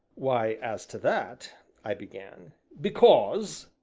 why, as to that i began. because,